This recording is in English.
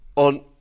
On